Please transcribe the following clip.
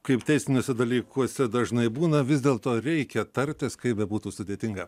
kaip teisiniuose dalykuose dažnai būna vis dėl to reikia tartis kaip bebūtų sudėtinga